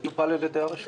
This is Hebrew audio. זה כבר טופל על ידי הרשות.